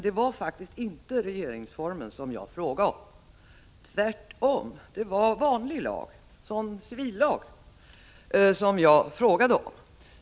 Det var faktiskt inte regeringsformen som jag frågade om. Tvärtom, det var vanlig civillag som jag frågade om.